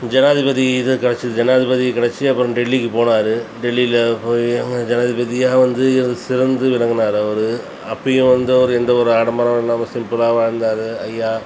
ஜனாதிபதி இது கிடச்சிது ஜனாதிபதி கிடசிச்சி அப்புறம் டெல்லிக்கு போனார் டெல்லியில போய் அங்கே ஜனாதிபதியாக வந்து இவர் சிறந்து விளங்குனார் அவர் அப்பயும் வந்து அவர் எந்த ஒரு ஆடம்பரம் இல்லாமல் சிம்பிளாக வாழ்ந்தார் ஐயா